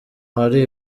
hari